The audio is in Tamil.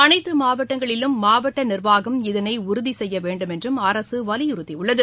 அனைத்தமாவட்டங்களிலும் மாவட்டநிர்வாகம் இதனைஉறுதிசெய்யவேண்டும் என்றும் அரசுவலியுறுத்தியுள்ளது